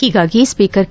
ಹೀಗಾಗಿ speaker K